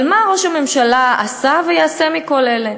אבל מה ראש הממשלה עשה ויעשה מכל אלה?